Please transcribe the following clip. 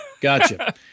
gotcha